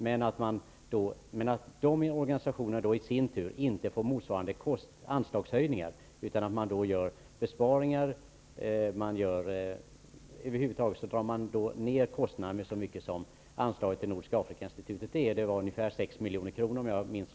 Dessa organisationer skall i sin tur inte få motsvarande anslagshöjningar. Man skall göra besparingar. Man skall dra ned kostnaderna med ett belopp som motsvarar anslaget till Nordiska Afrikainstitutet. Om jag minns rätt var det ungefär 6 milj.kr.